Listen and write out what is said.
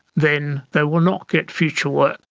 then they will not get future work.